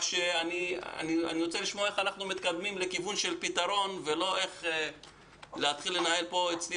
אני רוצה לשמוע איך אנחנו מתקדמים לכיוון של פתרון ולא לנהל אצלי